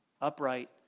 Upright